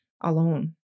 alone